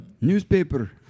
newspaper